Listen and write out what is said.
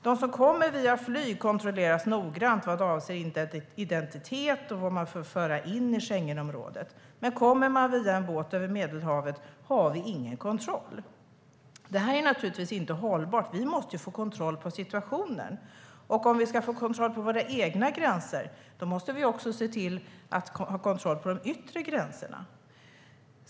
De som kommer via flyg kontrolleras noggrant vad avser identitet och vad man får föra in i Schengenområdet, men kommer man via en båt över Medelhavet har vi ingen kontroll. Det är naturligtvis inte hållbart. Vi måste få kontroll på situationen, och om vi ska få kontroll på våra egna gränser måste vi också se till att ha kontroll på de yttre gränserna.